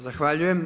Zahvaljujem.